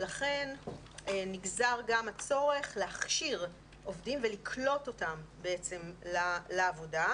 לכן נגזר גם הצורך להכשיר עובדים ולקלוט אותם לעבודה.